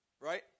Right